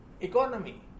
economy